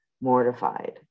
mortified